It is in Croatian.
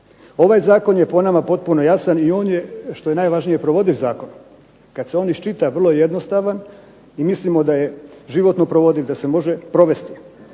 Ovaj zakon je po nama potpuno jasan i on je što je najvažnije provodljiv zakon. Ka se on iščita vrlo je jednostavan i mislimo da je životno provodiv, da se može provesti.